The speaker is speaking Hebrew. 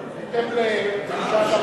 הוא מעביר את זה בהתאם לדרישת הוועדה,